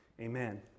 Amen